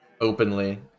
openly